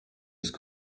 ist